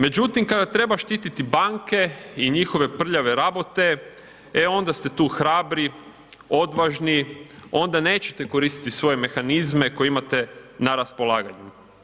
Međutim, kada treba štititi banke i njihove prljave rabote e onda ste tu hrabri, odvažni, onda nećete koristiti svoje mehanizme koje imate na raspolaganju.